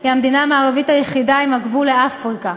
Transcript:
שהיא המדינה המערבית היחידה שיש לה גבול עם אפריקה.